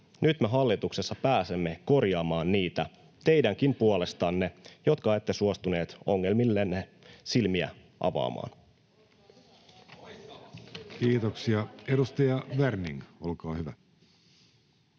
Nyt me hallituksessa pääsemme korjaamaan niitä teidänkin puolestanne, jotka ette suostuneet ongelmillenne silmiä avaamaan. Pieni hetki. — Olkaa hyvä.